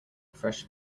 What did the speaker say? fresh